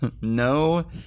no